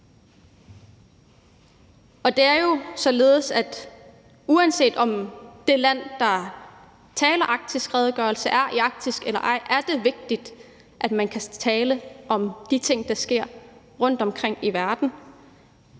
og det er jo således, at uanset om det land, der taler om arktisk redegørelse, er i Arktis eller ej, er det vigtigt, at man kan tale om de ting, der sker rundtomkring i verden.